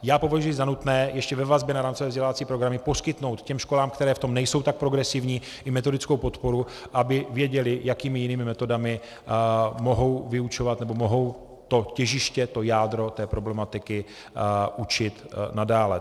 Já považuji za nutné ještě ve vazbě na rámcové vzdělávací programy poskytnout školám, které v tom nejsou tak progresivní, i metodickou podporu, aby věděly, jakými jinými metodami mohou vyučovat nebo mohou to těžiště, to jádro problematiky, učit nadále.